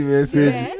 Message